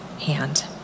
hand